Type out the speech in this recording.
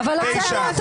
תתביישו לכם.